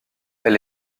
elle